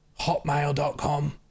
hotmail.com